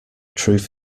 truth